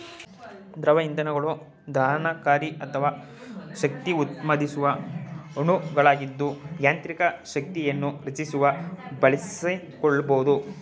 ದ್ರವ ಇಂಧನಗಳು ದಹನಕಾರಿ ಅಥವಾ ಶಕ್ತಿಉತ್ಪಾದಿಸುವ ಅಣುಗಳಾಗಿದ್ದು ಯಾಂತ್ರಿಕ ಶಕ್ತಿಯನ್ನು ರಚಿಸಲು ಬಳಸಿಕೊಳ್ಬೋದು